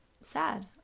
sad